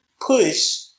push